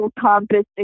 compass